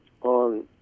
on